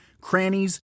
crannies